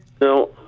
No